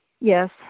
Yes